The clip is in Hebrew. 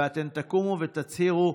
ואתן תקומו ותצהירו: